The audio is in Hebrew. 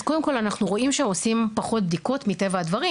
אז קודם כל אנחנו רואים שעושים פחות בדיקות מטבע הדברים,